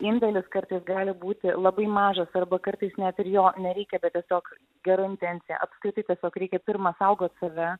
indėlis kartais gali būti labai mažas arba kartais net ir jo nereikia bet tiesiog gera intencija apskritai tiesiog reikia pirma saugot save